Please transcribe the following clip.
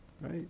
right